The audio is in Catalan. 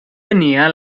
tenia